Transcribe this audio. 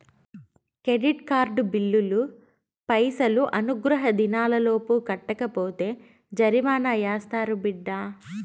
credit card బిల్లులు పైసలు అనుగ్రహ దినాలలోపు కట్టకపోతే జరిమానా యాస్తారు బిడ్డా